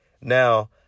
Now